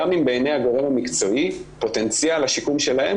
גם אם בעיני הגורם המקצועי פוטנציאל השיקום שלהם